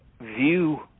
view